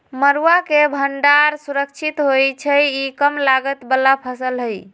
मरुआ के भण्डार सुरक्षित होइ छइ इ कम लागत बला फ़सल हइ